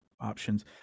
Options